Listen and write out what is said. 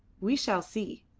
we shall see.